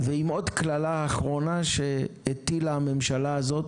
ועם עוד קללה אחרונה שהטילה הממשלה הזאת,